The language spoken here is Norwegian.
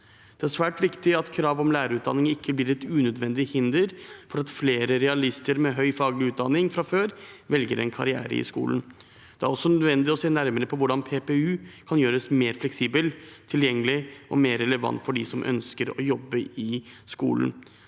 Det er svært viktig at krav om lærerutdanning ikke blir et unødvendig hinder for at flere realister med høy fagutdanning fra før velger en karriere i skolen. Det er også nødvendig å se nærmere på hvordan PPU kan gjøres mer fleksibel, tilgjengelig og mer relevant for dem som ønsker å jobbe i skolen.